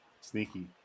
Sneaky